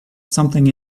something